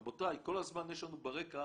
רבותיי, כל הזמן יש לנו ברקע